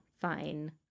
fine